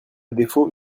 défaut